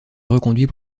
reconduit